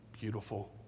beautiful